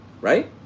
right